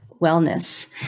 wellness